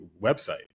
website